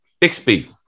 Bixby